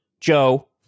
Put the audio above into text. Joe